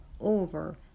over